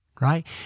Right